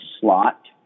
slot